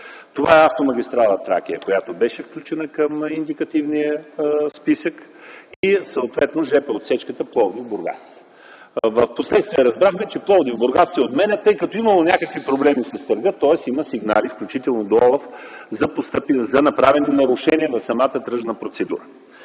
Това са автомагистрала „Тракия”, която беше включена към индикативния списък, и съответно ЖП отсечката Пловдив-Бургас. Впоследствие разбрахме, че Пловдив-Бургас се отменя, тъй като имало някакви проблеми с търга, тоест има някакви сигнали, включително до ОЛАФ, за направени нарушения по самата тръжна процедура.